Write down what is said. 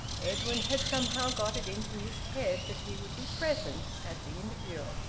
edwin had somehow got it into his head that he would be present at the interview.